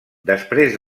després